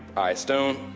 aye, stone.